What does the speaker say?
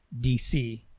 DC